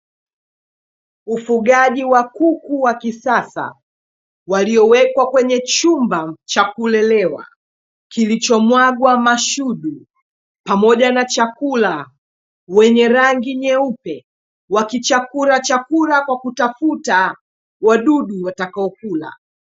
Ufugaji wa kuku wa kisasa waliowekwa kwenye chumba cha kulelewa, kilichomwagwa mashudu pamoja na chakula, wenye rangi nyeupe wakichakura chakula kwa kutafuta wadudu watakao kula.